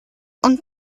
und